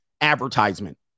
advertisement